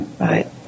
right